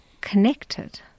connected